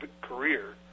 career